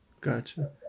Gotcha